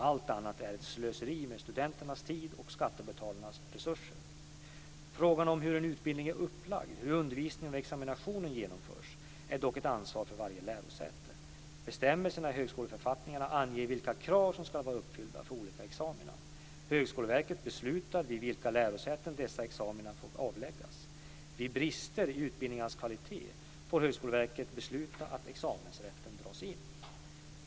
Allt annat är ett slöseri med studenternas tid och skattebetalarnas resurser. Frågan om hur en utbildning är upplagd samt hur undervisningen och examinationen genomförs är dock ett ansvar för varje lärosäte. Bestämmelser i högskoleförfattningarna anger vilka krav som ska vara uppfyllda för olika examina. Högskoleverket beslutar vid vilka lärosäten dessa examina får avläggas. Vid brister i utbildningarnas kvalitet får Högskoleverket besluta att examensrätten dras in.